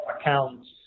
accounts